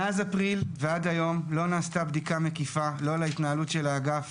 מאז אפריל ועד היום לא נעשתה בדיקה מקיפה לא להתנהלות של האגף,